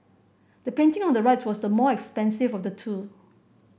the painting on the right was the more expensive of the two